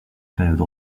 période